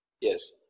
Yes